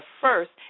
first